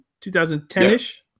2010-ish